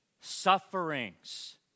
sufferings